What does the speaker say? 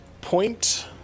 point